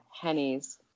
Henny's